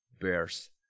bears